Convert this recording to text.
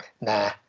nah